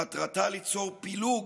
מטרתה ליצור פילוג